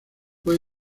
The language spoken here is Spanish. fue